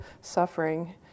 suffering